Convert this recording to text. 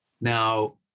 Now